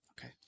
Okay